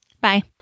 bye